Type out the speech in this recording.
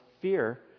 fear